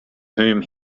whom